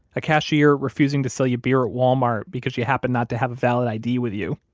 a cashier refusing to sell you beer at walmart because you happen not to have a valid id with you,